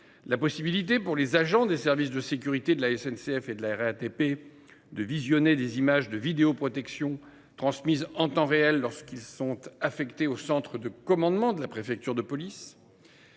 la possibilité pour les agents des services de sécurité de la SNCF et de la RATP de visionner des images de vidéoprotection transmises en temps réel lorsque lorsqu’ils sont affectés au centre de commandement de la préfecture de police.